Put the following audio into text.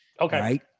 Okay